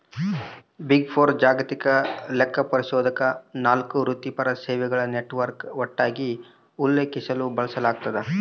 big four ಜಾಗತಿಕ ಲೆಕ್ಕಪರಿಶೋಧಕ ನಾಲ್ಕು ವೃತ್ತಿಪರ ಸೇವೆಗಳ ನೆಟ್ವರ್ಕ್ ಒಟ್ಟಾಗಿ ಉಲ್ಲೇಖಿಸಲು ಬಳಸಲಾಗ್ತದ